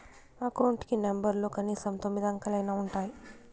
account కి నెంబర్లలో కనీసం తొమ్మిది అంకెలైనా ఉంటాయి